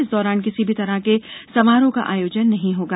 इस दौरान किसी भी तरह के समारोह का आयोजन नहीं होगा